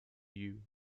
you